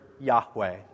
Yahweh